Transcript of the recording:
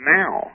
now